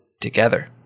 together